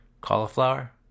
cauliflower